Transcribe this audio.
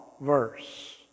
verse